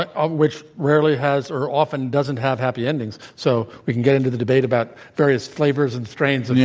and ah which rarely has or often doesn't have happy endings. so, we can get into the debate about various flavors and strains and yeah